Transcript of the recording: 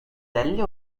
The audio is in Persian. دلیلی